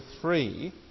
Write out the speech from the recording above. three